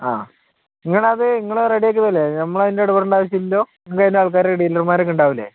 ആ നിങ്ങളത് നിങ്ങൾ റെഡി ആക്കി തരില്ലേ നമ്മളതിന്റെ എടപെടേണ്ട ആവശ്യം ഇല്ലല്ലോ നിങ്ങളുടെ തന്നെ ആൾക്കാർ ഡീലർമാരൊക്കെ ഉണ്ടാവില്ലേ